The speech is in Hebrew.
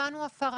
ומצאנו הפרה.